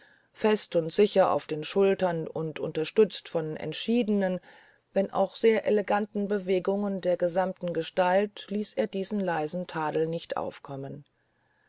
fest und sicher auf den schultern und unterstützt von entschiedenen wenn auch sehr eleganten bewegungen der gesamten gestalt ließ er diesen leisen tadel nicht aufkommen